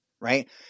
right